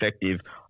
effective